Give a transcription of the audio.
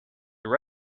your